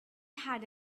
had